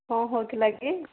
କ'ଣ ହେଉଥିଲା କି